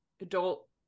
adult